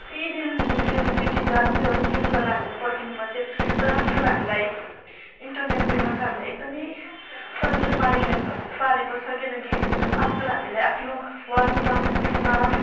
कति दिन त्यो चिठी जान्थ्यो अनि त्यो कुरालाई हामीले पर्खिनु पर्थ्यो तर आजकल हामीलाई इनटरनेटले गर्दा हामीलाई एकदमै सजिलो पारिरहेको पारेको छ किनकि आजकल हामीले आफ्नो व्हाट्सएप्पमा